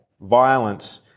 violence